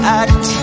act